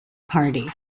party